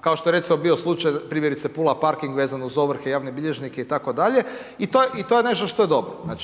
kao što je recimo bio slučaj primjerice Pula parking vezano uz ovrhe, javne bilježnike itd. i to je nešto što je dobro,